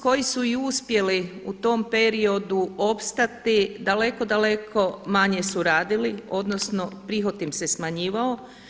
Oni koji su i uspjeli u tom periodu opstati daleko, daleko manje su radili, odnosno prihod im se smanjivao.